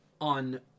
on